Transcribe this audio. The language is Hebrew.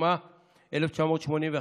התשמ"א 1981,